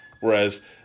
Whereas